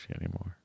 anymore